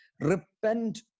repent